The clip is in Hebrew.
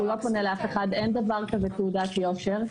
אין דבר כזה תעודת יושר.